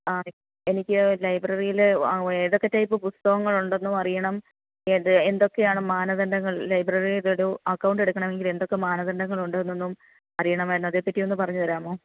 ആ എനിക്ക് ലൈബ്രറിയിൽ ഏതൊക്കെ ടൈപ്പ് പുസ്തകങ്ങൾ ഉണ്ടെന്നും അറിയണം ഏത് എന്തൊക്കെയാണ് മാനദണ്ഡങ്ങൾ ലൈബ്രറിയിലൊരു അക്കൌണ്ട് എടുക്കണമെങ്കിൽ എന്തൊക്കെ മാനദണ്ഡങ്ങൾ ഉണ്ട് എന്നൊന്നും അറിയണമായിരുന്നു അതിനെ പറ്റി ഒന്നു പറഞ്ഞു തരാമോ